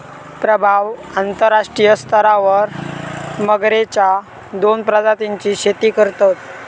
प्रभाव अंतरराष्ट्रीय स्तरावर मगरेच्या दोन प्रजातींची शेती करतत